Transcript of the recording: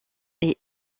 est